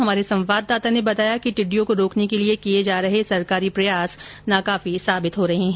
हमारे संवाददाता ने बताया कि टिड्डियों को रोकने के किए जा रहे सरकारी प्रयास नाकाफी साबित हो रहे है